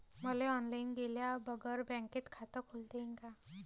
मले ऑनलाईन गेल्या बगर बँकेत खात खोलता येईन का?